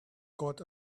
got